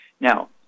Now